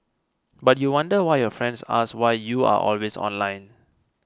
but you wonder why your friends ask you why you are always online